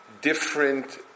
different